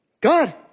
God